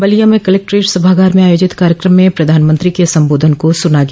बलिया में कलेक्ट्रेट सभागार में आयोजित कार्यक्रम में प्रधानमंत्री के संबोधन को सुना गया